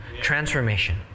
Transformation